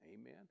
amen